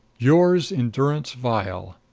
yours, in durance vile.